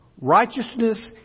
righteousness